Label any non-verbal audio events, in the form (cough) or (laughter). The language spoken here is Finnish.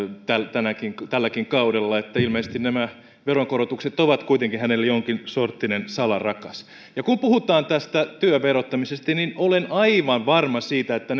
tälläkin kaudella niin että ilmeisesti nämä veronkorotukset ovat kuitenkin hänelle jonkinsorttinen salarakas kun puhutaan työn verottamisesta niin olen aivan varma siitä että (unintelligible)